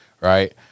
right